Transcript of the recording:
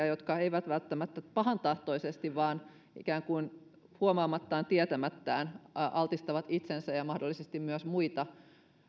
jotka eivät välttämättä pahantahtoisesti vaan ikään kuin huomaamattaan tietämättään altistavat itsensä ja mahdollisesti myös muita